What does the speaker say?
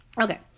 Okay